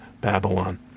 Babylon